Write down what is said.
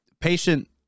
patient